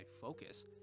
focus